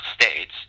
states